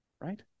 right